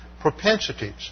propensities